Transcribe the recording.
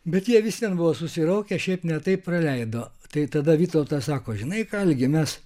bet jie vis vien buvo susiraukę šiaip ne taip praleido tai tada vytautas sako žinai ką algi mes